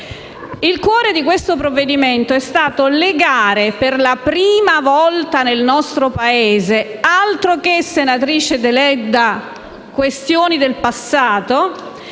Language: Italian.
Il cuore di questo provvedimento è stato legare per la prima volta nel nostro Paese - altro che questioni del passato,